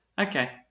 okay